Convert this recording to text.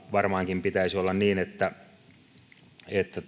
varmaankin pitäisi olla niin että että